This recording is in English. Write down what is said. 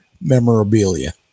memorabilia